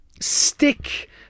stick